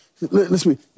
listen